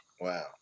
Wow